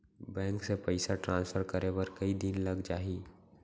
Bank से पइसा transfer करे बर कई दिन लग जाही?